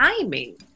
timing